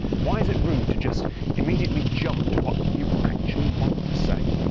why is it rude to just immediately jump to what you actually want to say?